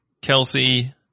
Kelsey